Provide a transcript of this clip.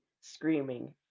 screaming